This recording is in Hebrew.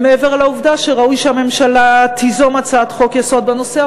מעבר לעובדה שראוי שהממשלה תיזום הצעת חוק-יסוד בנושא.